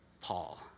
Paul